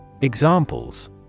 Examples